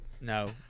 No